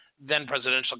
then-presidential